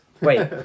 Wait